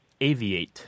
aviate